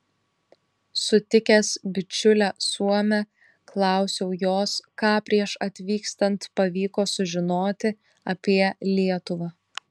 sutikęs bičiulę suomę klausiau jos ką prieš atvykstant pavyko sužinoti apie lietuvą